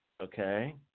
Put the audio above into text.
okay